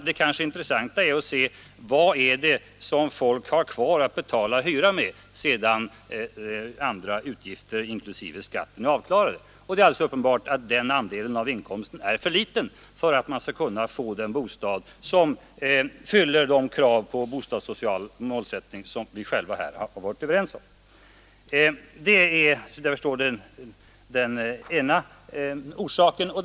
Mera intressant är att se vad det är människorna har kvar att betala hyra med, när andra utgifter inklusive skatten är avklarade. Och då är det alldeles uppenbart att den andelen av inkomsterna för många är för liten för att man skall kunna hyra en bostad, som fyller de krav på bostadssocial målsättning som vi själva här har varit överens om.